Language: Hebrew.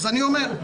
אני אומר: